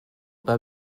pas